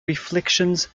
reflections